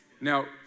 Now